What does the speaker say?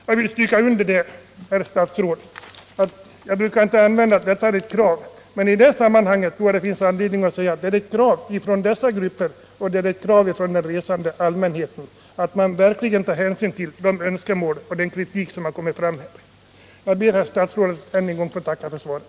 Jag brukar inte använda ordet ”krav” , men i detta sammanhang vill jag säga att det är ett krav från dessa grupper och från den resande allmänheten att det verkligen tas hänsyn till de önskemål och den kritik som här har framförts. Jag ber, herr statsråd, att än en gång få tacka för svaret.